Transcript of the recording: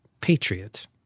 Patriot